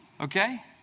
okay